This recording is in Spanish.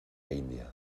india